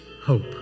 hope